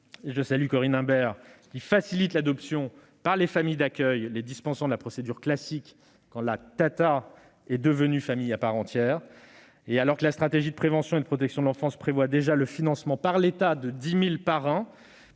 d'ailleurs Corinne Imbert - facilite l'adoption par les familles d'accueil en les dispensant de la procédure classique, quand la tata est devenue famille à part entière. Alors que la stratégie de prévention et de protection de l'enfance prévoit déjà le financement par l'État de 10 000 parrains